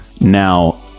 Now